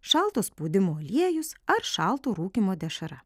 šalto spaudimo aliejus ar šalto rūkymo dešra